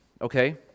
okay